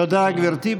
תודה, גברתי.